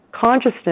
consciousness